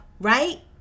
right